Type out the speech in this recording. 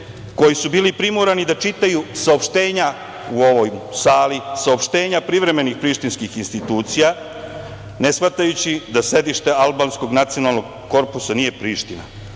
koji su bili primorani da čitaju saopštenja u ovoj sali, saopštenja privremenih prištinskih institucija, ne shvatajući da sedište albanskog nacionalnog korpusa nije Priština,